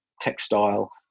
textile